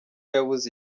yabuze